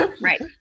Right